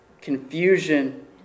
confusion